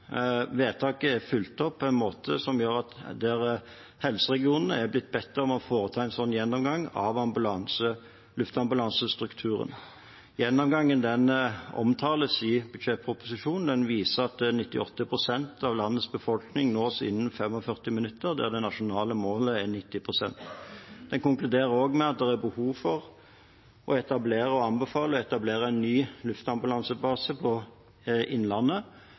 Vedtaket er fulgt opp på en måte som gjør at helseregionene er blitt bedt om å foreta en gjennomgang av luftambulansestrukturen. Gjennomgangen omtales i budsjettproposisjonen og viser at 98 pst. av landets befolkning nås innen 45 minutter, mens det nasjonale målet er 90 pst. Den konkluderer også med at det er behov for å etablere en ny luftambulansebase Innlandet, men at plasseringen av denne bør avvente debatten om sykehusstrukturen i Innlandet